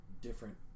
different